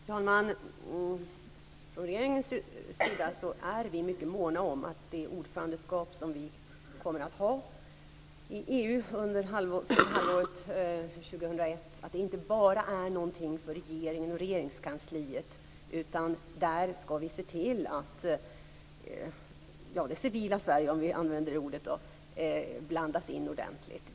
Fru talman! Från regeringens sida är vi mycket måna om att vårt ordförandeskap i EU första halvåret 2001 inte bara är någonting för regeringen och Regeringskansliet. Vi skall se till att det civila Sverige, om vi använder det ordet, blandas in ordentligt.